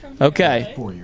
Okay